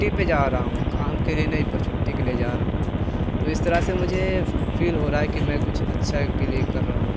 छुट्टी पर जा रहा हूँ काम के लिए नहीं पर छुट्टी के लिए जा रहा हूँ तो इस तरह से मुझे फील हो रहा है कि मैं कुछ अच्छा के लिए कर रहा हूँ